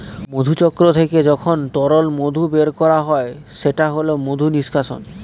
মধুচক্র থেকে যখন তরল মধু বের করা হয় সেটা হল মধু নিষ্কাশন